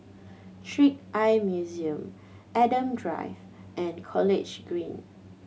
Trick Eye Museum Adam Drive and College Green